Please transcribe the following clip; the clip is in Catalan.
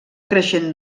creixent